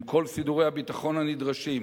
עם כל סידורי הביטחון הנדרשים,